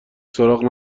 سراغ